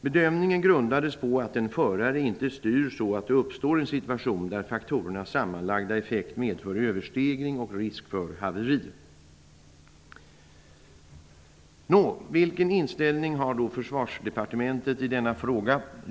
Bedömningen grundades på att en förare inte styr så att det uppstår en situation där faktorernas sammanlagda effekt medför överstegring och risk för haveri. Nå, vilken inställning har Försvarsdepartementet i denna fråga?